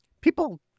people